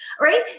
Right